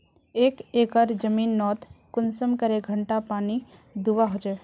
एक एकर जमीन नोत कुंसम करे घंटा पानी दुबा होचए?